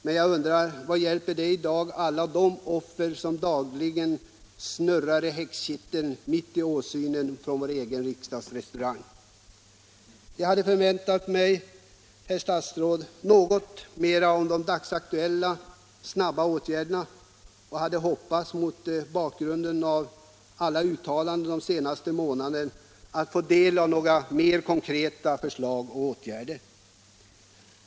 Men jag undrar hur detta hjälper alla de offer som dagligen snurrar i häxkitteln mitt i blickfånget från vår egen restaurang? Jag hade förväntat mig, herr statsråd, något mer om de dagsaktuella snabba åtgärderna och hade hoppats, mot bakgrund av alla de vackra uttalandena de senaste månaderna, att få del av några mer kontreta förslag och åtgärder.